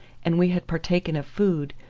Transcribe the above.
and we had partaken of food,